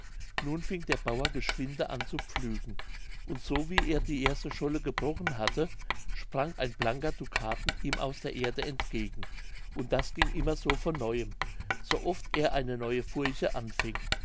nun fing der bauer geschwinde an zu pflügen und so wie er die erste scholle gebrochen hatte sprang ein blanker dukaten ihm aus der erde entgegen und das ging immer so von neuem so oft er eine neue furche anfing